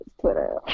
Twitter